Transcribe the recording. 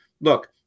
look